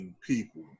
people